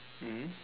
mmhmm